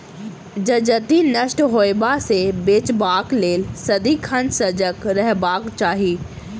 जजति नष्ट होयबा सँ बचेबाक लेल सदिखन सजग रहबाक चाही